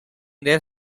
their